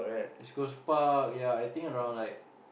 East Coast Park ya I think around like